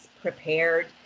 prepared